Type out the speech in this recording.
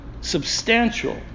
substantial